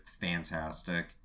Fantastic